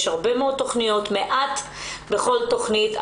יש הרבה מאוד תכניות ומעט בכל תכנית.